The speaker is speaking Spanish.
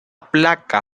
placa